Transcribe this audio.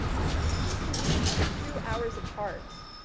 now those two communities are two hours apart.